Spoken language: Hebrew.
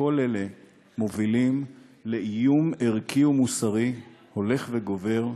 כל אלה מובילים לאיום ערכי ומוסרי הולך וגובר,